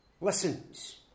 listens